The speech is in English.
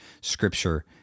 scripture